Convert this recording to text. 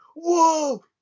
Whoa